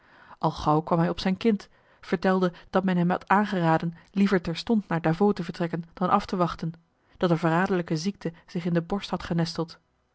al gauw kwam hij op zijn kind vertelde dat men hem had aangeraden liever terstond naar davos te vertrekken dan af te wachten dat de verraderlijke ziekte zich in de borst had genesteld